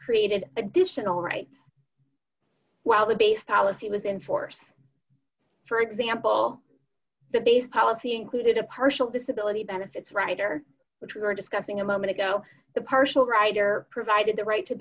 created additional rights while the base policy was in force for example the base policy included a partial disability benefits rider which we were discussing a moment ago the partial rider provided the right to